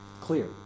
Clear